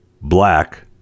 black